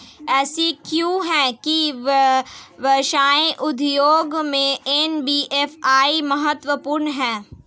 ऐसा क्यों है कि व्यवसाय उद्योग में एन.बी.एफ.आई महत्वपूर्ण है?